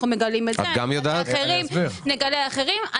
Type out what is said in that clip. אנחנו מגלים את זה, נגלה אחרים.